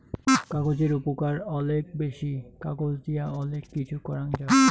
কাগজের উপকার অলেক বেশি, কাগজ দিয়া অলেক কিছু করাং যাওক